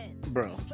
Bro